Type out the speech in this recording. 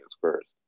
first